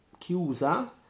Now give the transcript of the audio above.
chiusa